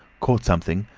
caught something,